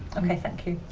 okay thank you.